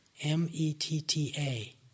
M-E-T-T-A